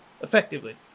effectively